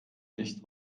nicht